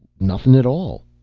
nothin' at all.